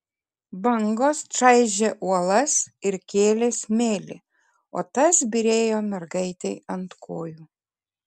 bangos čaižė uolas ir kėlė smėlį o tas byrėjo mergaitei ant kojų